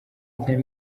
rya